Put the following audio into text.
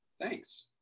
Thanks